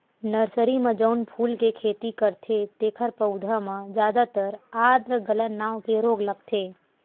nursery म जउन फूल के खेती करथे तेखर पउधा म जादातर आद्र गलन नांव के रोग लगथे